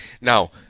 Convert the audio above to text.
Now